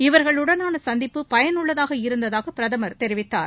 இவர்களுடனான சந்திப்பு பயனுள்ளதாக இருந்ததாக பிரதமர் தெரிவித்தார்